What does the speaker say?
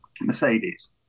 Mercedes